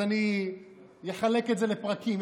אז אני אחלק את זה לפרקים,